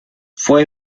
fue